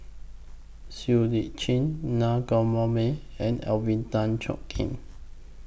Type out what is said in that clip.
Seah EU Chin Naa Govindasamy and Alvin Tan Cheong Kheng